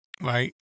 Right